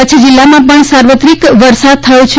કચ્છ જીલ્લામાં પણ સાર્વત્રિક વરસાદ થયો છે